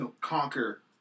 conquer